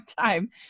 time